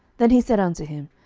then he said unto him,